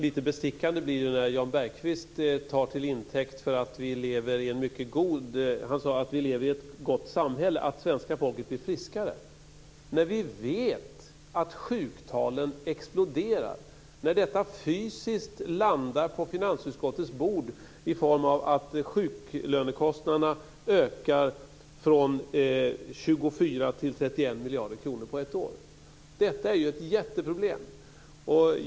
Fru talman! Det blir lite bestickande när Jan Bergqvist säger att vi lever i ett gott samhälle och att svenska folket blir friskare när vi vet att sjuktalen exploderar. Detta landar fysiskt på finansutskottets bord i form av information om att sjuklönekostnaderna ökar från 24 till 31 miljarder kronor på ett år. Detta är ju ett jätteproblem.